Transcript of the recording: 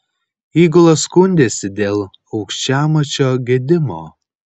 įgula skundėsi dėl aukščiamačio gedimo